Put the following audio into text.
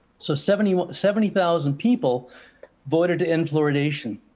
so seventy seventy thousand people voted to end fluoridation.